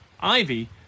Ivy